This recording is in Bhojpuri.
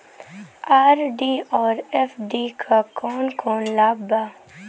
आर.डी और एफ.डी क कौन कौन लाभ बा?